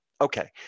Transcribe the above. okay